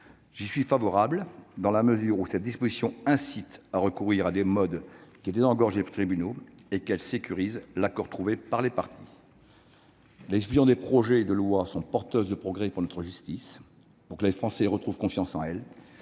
J'y suis favorable, dans la mesure où cette disposition incite à recourir à ces modes qui désengorgent nos tribunaux, tout en sécurisant l'accord trouvé par les parties. Les dispositions contenues dans ces textes sont porteuses de progrès pour notre justice. Pour que les Français retrouvent confiance en elle,